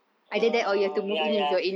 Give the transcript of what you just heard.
oh ya ya